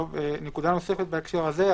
נקודה נוספת בהקשר הזה.